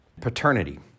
paternity